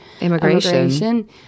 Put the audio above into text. immigration